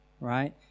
right